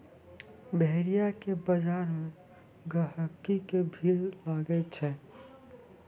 भेड़िया के बजार मे गहिकी के भीड़ लागै छै